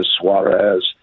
Suarez